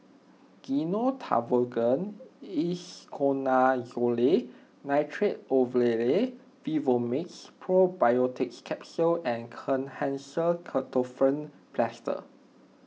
Gyno Travogen Isoconazole Nitrate Ovule Vivomixx Probiotics Capsule and Kenhancer Ketoprofen Plaster